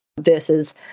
versus